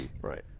Right